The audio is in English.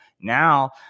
now